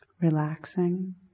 relaxing